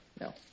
No